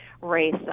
race